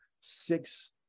six